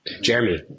Jeremy